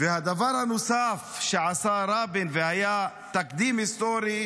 והדבר הנוסף שעשה רבין והיה תקדים היסטורי,